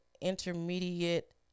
intermediate